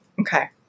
Okay